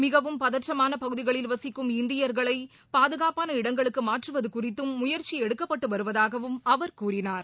மிகவும் பதற்றமானபகுதிகளில் வசிக்கும் இந்தியர்களைபாதுகாப்பான இடங்களுக்குமாற்றுவதுகுறித்தும் முயற்சிஎடுக்கப்பட்டுவருவதாகவும் அவர் கூறினார்